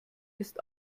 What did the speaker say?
ist